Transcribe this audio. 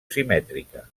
simètrica